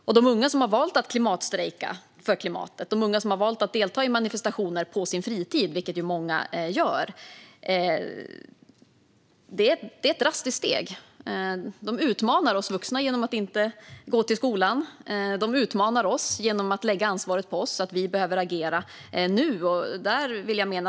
De många unga som har valt att klimatstrejka och delta i manifestationer på sin fritid har tagit ett drastiskt steg. De utmanar oss vuxna genom att inte gå till skolan och genom att lägga ansvaret på oss och kräva att vi agerar nu.